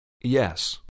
yes